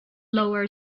lower